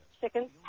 chickens